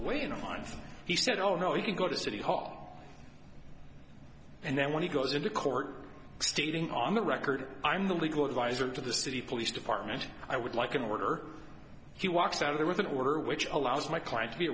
away in a month he said no no you can go to city hall and then when he goes into court stating on the record i'm the legal advisor to the city police department i would like an order he walks out of there with an order which allows my client